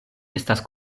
estas